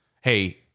hey